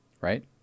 right